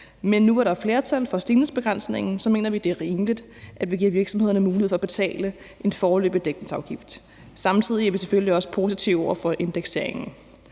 Men nu, hvor der er flertal for stigningsbegrænsningen, mener vi, det er rimeligt, at vi giver virksomhederne mulighed for at betale en foreløbig dækningsafgift. Samtidig er vi selvfølgelig også positive over for indekseringen.